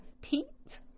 Pete